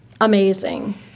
amazing